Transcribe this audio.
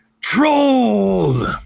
Troll